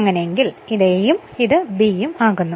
അങ്ങനെയെങ്കിൽ ഇത് A യും ഇത് B യും ആകുന്നു